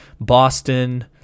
Boston